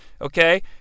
okay